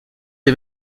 est